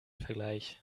vergleich